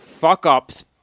fuck-ups